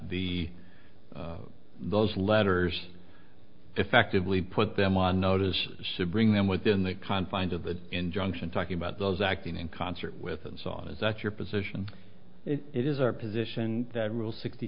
the those letters effectively put them on notice should bring them within the confines of the injunction talking about those acting in concert with unsought is that your position it is our position that rule sixty